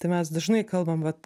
tai mes dažnai kalbam vat